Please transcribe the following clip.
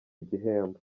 igihembo